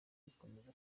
gukomeza